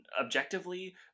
objectively